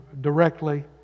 directly